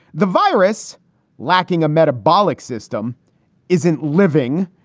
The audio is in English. the virus lacking a metabolic system isn't living,